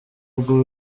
bwu